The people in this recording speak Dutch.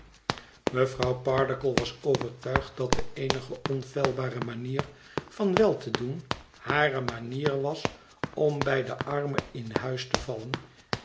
mevrouw pardiggle was overtuigd dat de eenige onfeilbare manier van wel te doen hare manier was om bij de armen in huis te vallen